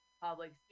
public